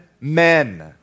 men